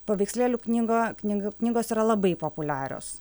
paveikslėlių knyga knyg knygos yra labai populiarios